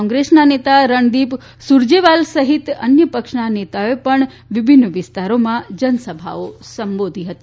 કોંગ્રેસના નેતા રણદીપ સૂરજેવાલા સહિત અન્ય પક્ષના નેતાઓએ પણ વિભિન્ન વિસ્તારોમાં જનસભાઓ સંબોધી હતી